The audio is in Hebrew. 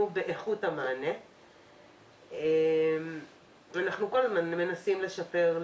באיכות המענה ואנחנו כל הזמן מנסים לשפר,